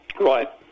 Right